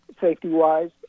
safety-wise